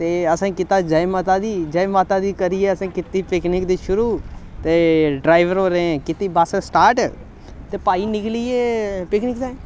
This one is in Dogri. ते असें कीता जै माता दी जै माता दी करियै असें कीती पिकनिक दी शुरू ते ड्राइवर होरें कीती बस्स स्टार्ट ते भाई निकली गे पिकनिक ताईं